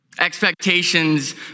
Expectations